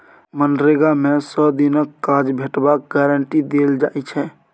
मनरेगा मे सय दिनक काज भेटबाक गारंटी देल जाइ छै